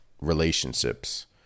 relationships